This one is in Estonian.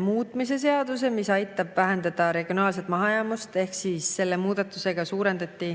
muutmise seaduse, mis aitab vähendada regionaalset mahajäämust. Selle muudatusega suurendati